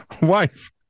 wife